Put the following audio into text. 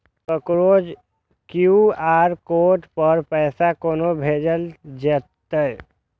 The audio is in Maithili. ककरो क्यू.आर कोड पर पैसा कोना भेजल जेतै?